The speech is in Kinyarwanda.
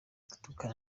gutukana